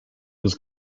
was